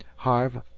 harve,